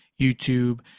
YouTube